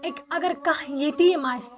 أکہ اگر کانٛہہ یتیٖم آسہِ